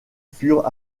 furent